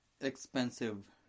expensive